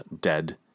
dead